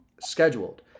scheduled